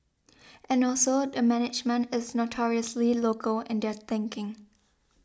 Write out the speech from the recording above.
and also the management is notoriously local in their thinking